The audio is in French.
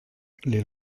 les